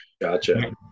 Gotcha